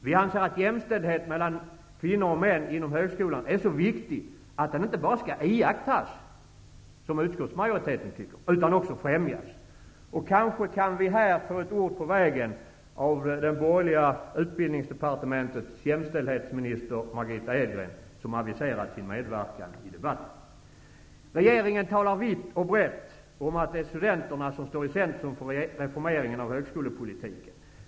Vi anser att jämställdhet mellan kvinnor och män inom högskolan är så viktig att den inte bara skall iakttas, som utskottsmajoriteten uttalar, utan även främjas. Kanske kan vi här få ett ord på vägen av den borgerliga utbildningspolitikens jämställdhetsminister, Margitta Edgren, som aviserat sin medverkan i denna debatt. Regeringen talar vitt och brett om att det är studenterna som står i centrum för reformeringen av högskolepolitiken.